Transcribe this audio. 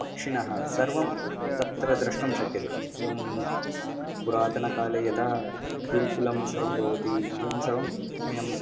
पक्षिणः सर्वं तत्र दृष्टुं शक्यते एवं पुरातनकाले यथा गुरुकुलं सर्वं भवति एवं सर्वं वयम्